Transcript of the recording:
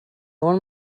want